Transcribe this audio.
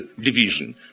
division